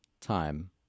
time